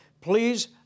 please